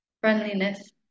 friendliness